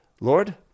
Lord